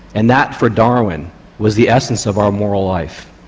and that for darwin was the essence of our moral life,